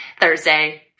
Thursday